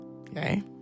Okay